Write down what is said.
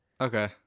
Okay